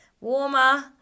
warmer